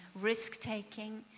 risk-taking